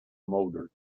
motor